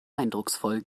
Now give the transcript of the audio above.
eindrucksvoll